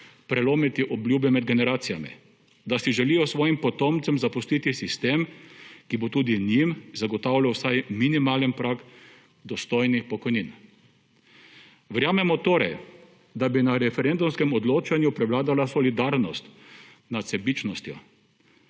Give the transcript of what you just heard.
prelomiti obljube med generacijami, da se želijo svojim potomcem zapustiti sistem, ki bo tudi njim zagotavljal vsaj minimalen prag dostojnih pokojnin. Verjamemo torej, da bi na referendumskem odločanju prevladala solidarnost nad sebičnostjo,